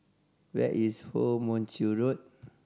where is Woo Mon Chew Road